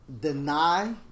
deny